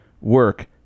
work